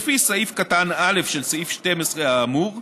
לפי סעיף קטן (א) של סעיף 12 האמור,